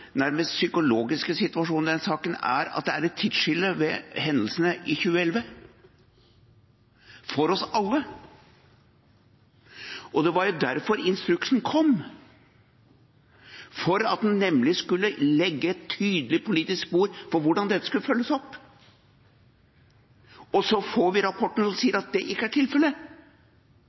nærmest psykologisk situasjon i denne saken, er at det er et tidsskille ved hendelsene i 2011 for oss alle. Det var jo derfor instruksen kom, for at en nemlig skulle legge et tydelig politisk spor på hvordan dette skulle følges opp. Og så får vi rapporten som sier at det ikke er tilfellet.